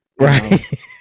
right